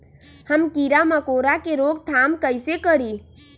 हम किरा मकोरा के रोक थाम कईसे करी?